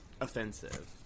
offensive